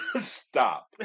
Stop